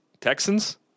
Texans